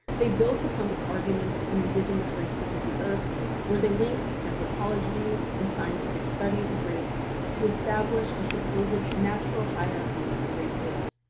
they built upon this argument in indigenous races of the earth where they linked anthropology and scientific studies of race to establish a supposed natural hierarchy of the races.